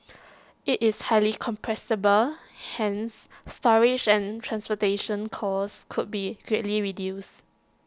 IT is highly compressible hence storage and transportation costs could be greatly reduced